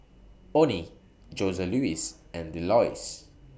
Onnie Joseluis and Delois